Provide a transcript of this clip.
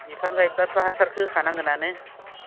बिफां गायब्लाथ' हासारखो होखानांगोनआनो